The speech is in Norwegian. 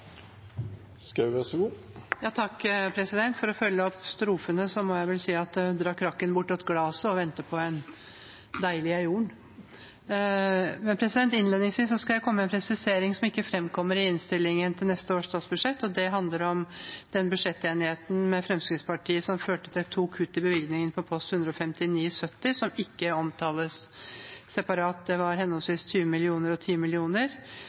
For å følge opp strofene, bør jeg vel si: Dra krakken bortåt glaset, så venter vi på «Deilig er jorden». Innledningsvis skal jeg komme med en presisering som ikke framkommer i innstillingen for neste års statsbudsjett. Det handler om budsjettenigheten med Fremskrittspartiet som førte til to kutt i bevilgningene på post 159-70, som ikke omtales separat. Det var henholdsvis 20 mill. kr og